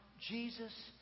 Jesus